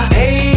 hey